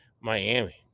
Miami